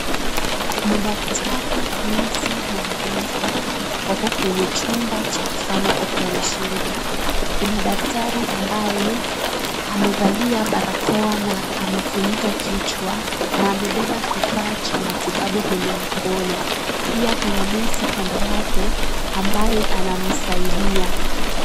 Madaktari, nurse na mgonjwa, wako kwenye chumba cha kufanya operation . Kuna daktari ambaye amevalia barakoa na amefunika kichwa, na amebeba kifaa cha matibabu kwenye mkono. Pia kuna nurse kando yake, ambaye anamsaidia.